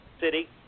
city